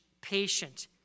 patient